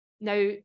Now